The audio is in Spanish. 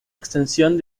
extensión